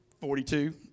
Forty-two